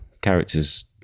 characters